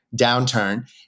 downturn